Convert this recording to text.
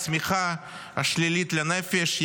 הצמיחה השלילית לנפש,